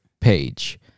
page